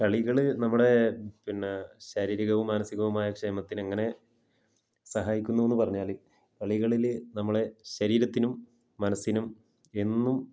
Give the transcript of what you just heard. കളികൾ നമ്മളെ പിന്നെ ശാരീരികവും മാനസികവുമായ ക്ഷേമത്തിന് എങ്ങനെ സഹായിക്കുന്നു എന്ന് പറഞ്ഞാൽ കളികളിൽ നമ്മളെ ശരീരത്തിനും മനസ്സിനും എന്നും